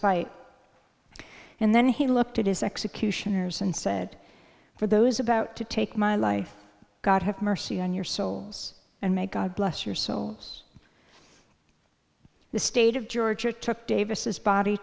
fight and then he looked at his executioners and said for those about to take my life god have mercy on your souls and may god bless your soul the state of georgia took davis body